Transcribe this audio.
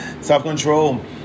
self-control